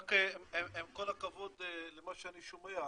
רק עם כל הכבוד למה שאני שומע,